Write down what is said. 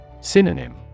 Synonym